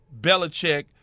Belichick